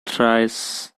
thrace